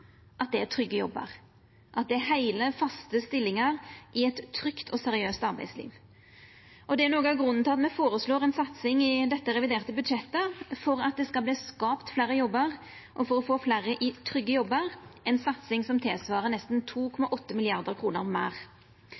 er trygge jobbar, at det er heile faste stillingar i eit trygt og seriøst arbeidsliv. Det er noko av grunnen til at me føreslår ei satsing i dette reviderte budsjettet – for at det skal verta skapt fleire jobbar, og for å få fleire i trygge jobbar – ei satsing som svarar til nesten 2,8 mrd. kr meir.